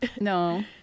No